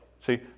See